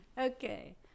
Okay